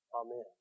Amen